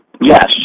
Yes